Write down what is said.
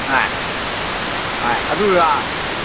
ꯍꯣꯏ ꯍꯣꯏ ꯑꯗꯨꯒ